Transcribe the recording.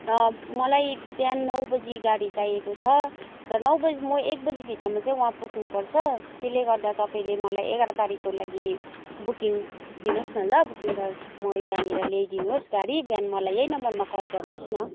मलाई बिहान नौ बजी गाडी चाहिएको छ र नौ बजी म एक बजीभित्रमा चाहिँ वहाँ पुग्नुपर्छ त्यसले गर्दा तपाईँले मलाई एघार तारिकको लागि बुकिङ दिनुहोस् न ल बुकिङ गर म यहाँनेर ल्याइदिनु होस् गाडी बिहान मलाई यही नम्बरमा कल गर्नुहोस् न